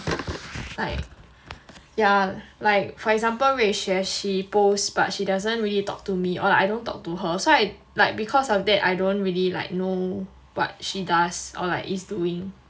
like yeah like for example ruey xue she posts but she doesn't really talk to me or like I don't talk to her so I like because of that I don't really like know what she does or like is doing